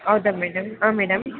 ಹೌದಾ madam madam